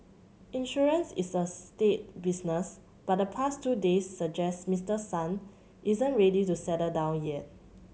insurance is a staid business but the past two days suggest Mister Son isn't ready to settle down yet